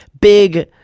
big